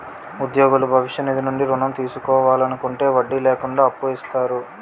ఉద్యోగులు భవిష్య నిధి నుంచి ఋణం తీసుకోవాలనుకుంటే వడ్డీ లేకుండా అప్పు ఇస్తారు